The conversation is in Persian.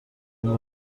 این